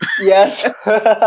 Yes